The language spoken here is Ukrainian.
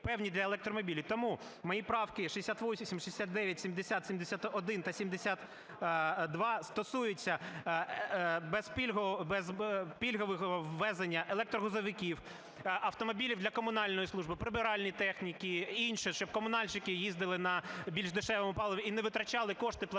певні для електромобілів. Тому мої правки 68,69,70,71 та 72 стосуються безпільгового ввезення електрогрузовиків, автомобілів для комунальної служби, прибиральної техніки і інше. Щоб комунальники їздили на більш дешевому паливі і не витрачали кошти платників